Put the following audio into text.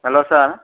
हेल' सार